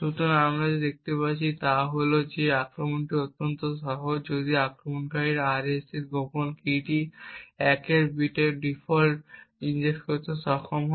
সুতরাং আমরা এখানে যা দেখতে পাচ্ছি তা হল এই আক্রমণটি অত্যন্ত সহজ যদি আক্রমণকারী RSA এর গোপন কীটিতে 1 বিট ফল্ট ইনজেক্ট করতে সক্ষম হয়